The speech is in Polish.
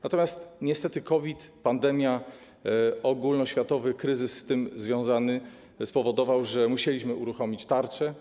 Natomiast niestety COVID, pandemia, ogólnoświatowy kryzys z tym związany spowodowały, że musieliśmy uruchomić tarczę.